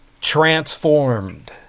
transformed